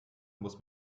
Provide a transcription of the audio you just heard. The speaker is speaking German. muss